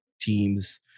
teams